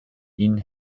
ihnen